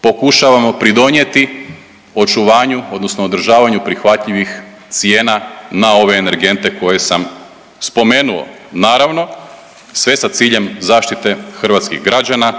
pokušavamo pridonijeti očuvanju, odnosno održavanju prihvatljivih cijena na ove energente koje sam spomenuo. Naravno sve sa ciljem zaštite hrvatskih građana,